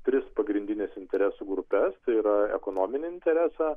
tris pagrindines interesų grupes tai yra ekonominį interesą